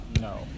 No